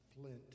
Flint